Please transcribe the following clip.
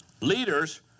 leaders